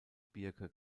birke